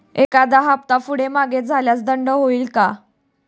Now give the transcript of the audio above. एखादा हफ्ता पुढे मागे झाल्यास दंड होईल काय?